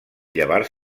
llevar